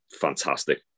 fantastic